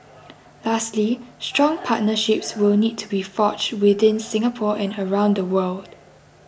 lastly strong partnerships will need to be forged within Singapore and around the world